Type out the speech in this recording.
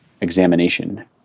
examination